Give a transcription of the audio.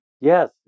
Yes